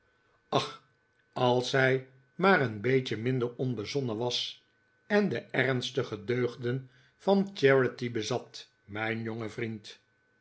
ach als zij maar een beetje minder onbezonnen was en de ernstige deugden van charity bezat mijn jonge vriend